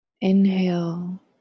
Inhale